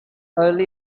early